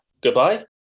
goodbye